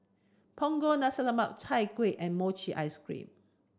Punggol Nasi Lemak Chai Kuih and Mochi Ice Cream